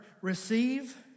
receive